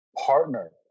Partner